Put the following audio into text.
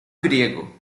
griego